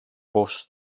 πώς